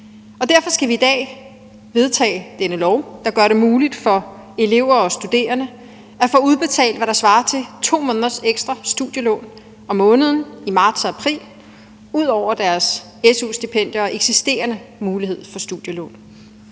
derfor skal vi i dag vedtage dette lovforslag, der gør det muligt for elever og studerende at få udbetalt, hvad der svarer til 2 måneders ekstra studielån om måneden i marts og april, ud over deres su-stipendier og eksisterende mulighed for studielån.